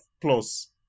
plus